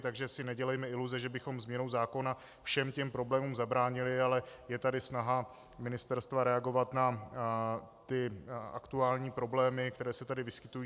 Takže si nedělejme iluze, že bychom změnou zákona všem těm problémům zabránili, ale je tady snaha ministerstva reagovat na ty aktuální problémy, které se tady vyskytují.